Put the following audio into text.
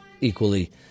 equally